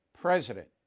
president